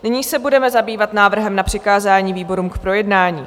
Nyní se budeme zabývat návrhem na přikázání výborům k projednání.